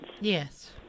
Yes